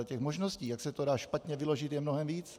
Těch možností, jak se to dá špatně vyložit, je mnohem víc.